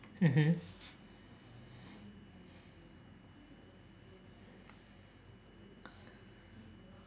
mmhmm